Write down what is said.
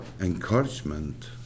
encouragement